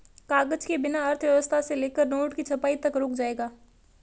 कागज के बिना अर्थव्यवस्था से लेकर नोट की छपाई तक रुक जाएगा